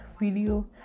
video